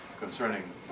concerning